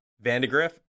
Vandegrift